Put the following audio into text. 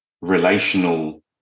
relational